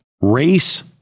Race